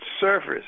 surface